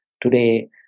today